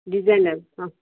डिजाइनहरू